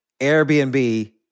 Airbnb